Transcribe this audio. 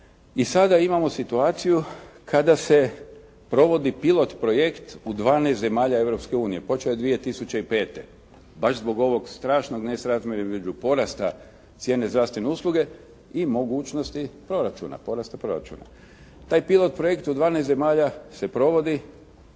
i sada imamo situaciju kada se provodi pilot projekt u 12 zemalja Europske unije. počeo je 2005. baš zbog ovog strašnog nesrazmjera između porasta cijene zdravstvene usluge i mogućnosti proračuna, porasta proračuna. Taj pilot projekt u 12 zemalja se provodi